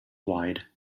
wide